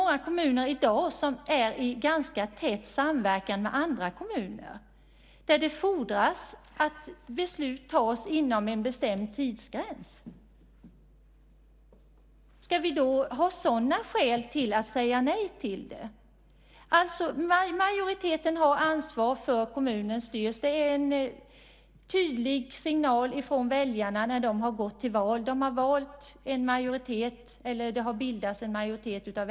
Många kommuner är i dag i tät samverkan med andra kommuner. Där fordras att beslut fattas inom en bestämd tidsgräns. Ska vi av sådana skäl kunna säga nej till en återremiss? Majoriteten har ansvar för hur kommunen styrs. Det bygger på en tydlig signal från väljarna. Det har bildats en majoritet på basis av valresultat.